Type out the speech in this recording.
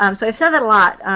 um so, i've said that a lot.